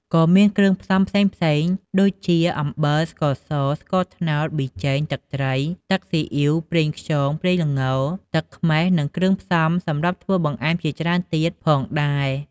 ក៏មានគ្រឿងផ្សំផ្សេងៗ ដូចជាអំបិល ស្ករស ស្ករត្នោត ប៊ីចេង ទឹកត្រី ទឹកស៊ីអ៊ីវ ប្រេងខ្យង ប្រេងល្ង ទឹកខ្មេះ និងគ្រឿងផ្សំសម្រាប់ធ្វើបង្អែមជាច្រើនទៀតផងដែរ។